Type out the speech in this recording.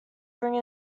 bring